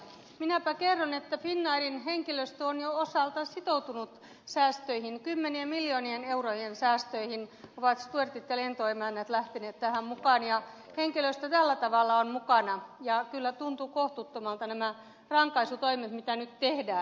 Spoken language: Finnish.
minäpä kerron että finnairin henkilöstö on jo osaltaan sitoutunut säästöihin kymmenien miljoonien eurojen säästöihin ovat stuertit ja lentoemännät lähteneet mukaan ja henkilöstö tällä tavalla on mukana ja kyllä tuntuvat kohtuuttomalta nämä rankaisutoimet mitä nyt tehdään